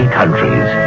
countries